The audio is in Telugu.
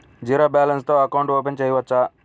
జీరో బాలన్స్ తో అకౌంట్ ఓపెన్ చేయవచ్చు?